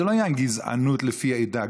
זאת לא הייתה גזענות לפי העדה,